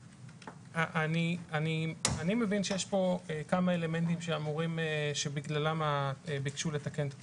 אני מבין שיש כאן כמה אלמנטים בגללם ביקשו לתקן את התקנה,